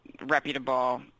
reputable